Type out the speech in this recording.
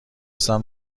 خوام